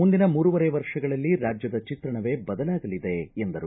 ಮುಂದಿನ ಮೂರುವರೆ ವರ್ಷಗಳಲ್ಲಿ ರಾಜ್ಜದ ಚಿತ್ರಣವೇ ಬದಲಾಗಲಿದೆ ಎಂದರು